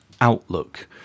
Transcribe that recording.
outlook